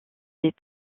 les